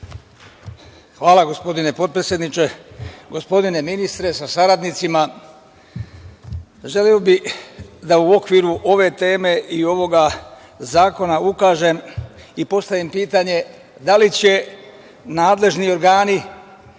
Hvala, gospodine potpredsedniče. Gospodine ministre sa saradnicima, želeo bih da u okviru ove teme i ovog zakona ukažem i postavim pitanje da li će nadležni organi